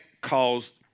caused